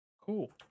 Cool